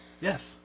Yes